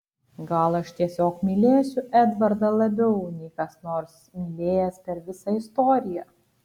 gal aš tiesiog mylėsiu edvardą labiau nei kas nors mylėjęs per visą istoriją